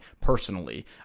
personally